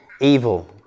evil